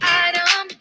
item